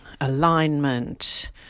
alignment